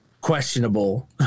questionable